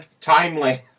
timely